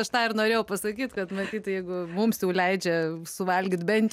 aš tą ir norėjau pasakyt kad matyt jeigu mums jau leidžia suvalgyt bent